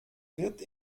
wird